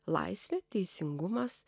laisvė teisingumas